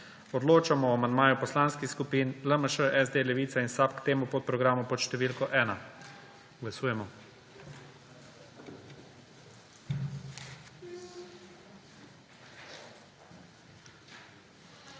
Odločamo o amandmaju poslanskih skupin LMŠ, SD, Levica in SAB k temu podprogramu pod številko 1. Glasujemo.